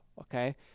okay